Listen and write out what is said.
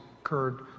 occurred